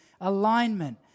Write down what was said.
alignment